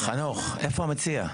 חנוך, איפה המציע.